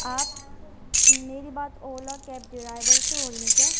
آپ میری بات اولا کیب ڈرائیور سے ہو رہی ہے کیا